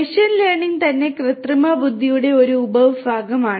machine learning തന്നെ കൃത്രിമ ബുദ്ധിയുടെ ഒരു ഉപവിഭാഗമാണ്